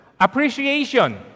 Appreciation